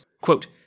Quote